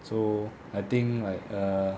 so I think like err